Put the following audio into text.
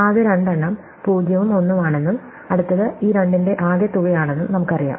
ആദ്യ രണ്ടെണ്ണം 0 ഉം 1 ഉം ആണെന്നും അടുത്തത് ഈ രണ്ടിന്റെ ആകെത്തുകയാണെന്നും നമുക്കറിയാം